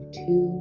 two